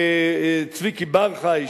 צביקי בר-חי,